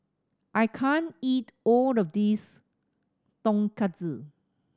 I can't eat all of this Tonkatsu